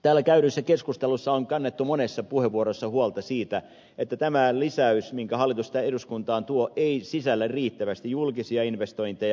täällä käydyssä keskustelussa on kannettu monessa puheenvuorossa huolta siitä että tämä lisäys minkä hallitus eduskuntaan tuo ei sisällä riittävästi julkisia investointeja